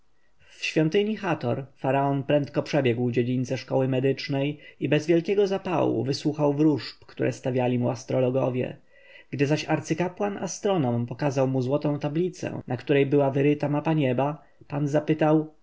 w świątyni hator faraon prędko przebiegł dziedzińce szkoły medycznej i bez wielkiego zapału wysłuchał wróżb jakie stawiali mu astrologowie gdy zaś arcykapłan-astronom pokazał mu złotą tablicę na której była wyrysowana mapa nieba pan zapytał